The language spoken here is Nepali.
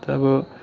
अब